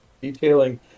Detailing